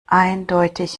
eindeutig